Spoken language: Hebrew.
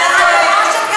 אתה טועה.